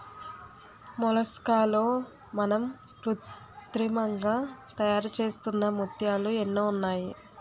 మొలస్కాల్లో మనం కృత్రిమంగా తయారుచేస్తున్న ముత్యాలు ఎన్నో ఉన్నాయి